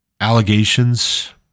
Allegations